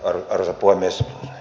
arvoisa puhemies